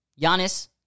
Giannis